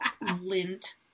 lint